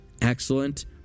excellent